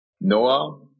Noah